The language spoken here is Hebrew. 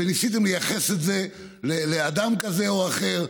וניסיתם לייחס את זה לאדם כזה או אחר,